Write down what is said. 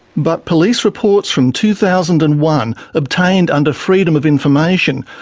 but police reports from two thousand and one, obtained under freedom of information,